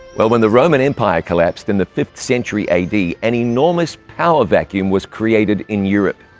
well when the roman empire collapsed in the fifth century a d. an enormous power vacuum was created in europe.